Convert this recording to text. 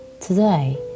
Today